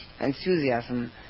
enthusiasm